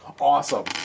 awesome